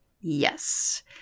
Yes